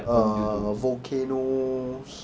err volcanoes